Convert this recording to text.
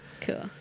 Cool